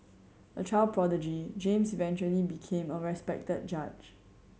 a child prodigy James eventually became a respected judge